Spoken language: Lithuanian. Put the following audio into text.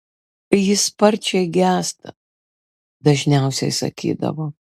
jis sparčiai gęsta dažniausiai sakydavo